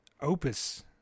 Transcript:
opus